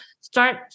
start